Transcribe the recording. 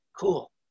cool